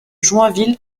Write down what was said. joinville